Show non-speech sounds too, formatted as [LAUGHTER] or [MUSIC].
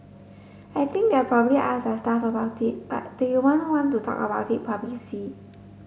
I think they'll probably ask their staff about it but they won't want to talk about it [UNINTELLIGIBLE]